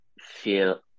feel